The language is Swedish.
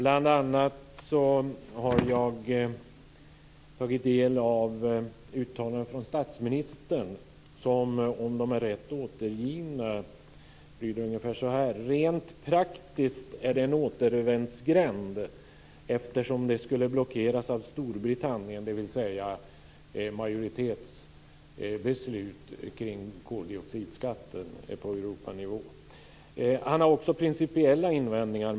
Jag har bl.a. tagit del av uttalanden från statsministern som om de är rätt återgivna lyder ungefär så här: Rent praktiskt är det en återvändsgränd, eftersom det skulle blockeras av Storbritannien. Det gäller alltså majoritetsbeslut kring koldioxidskatten på Europanivå. Han har också principiella invändningar.